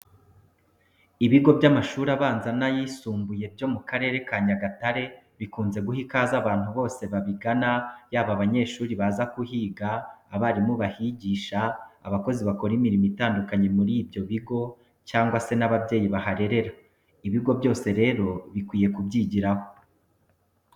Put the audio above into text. Ibigo by'amashuri abanza n'ayisumbuye byo mu karere ka Nyagatare bikunze guha ikaze abantu bose babigana yaba abanyeshuri baza kuhiga, abarimu bahigisha, abakozi bakora imirimo itandukanye muri ibyo bigo cyangwa se n'ababyeyi baharerera. Ibigo byose rero bikwiye kubyigiraho.